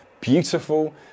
beautiful